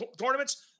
tournaments